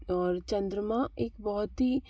और चंद्रमा एक बहुत ही